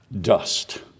dust